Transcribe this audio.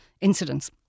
incidents